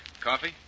Coffee